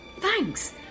Thanks